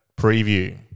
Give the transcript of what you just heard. preview